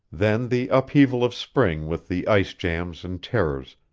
then the upheaval of spring with the ice-jams and terrors,